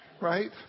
right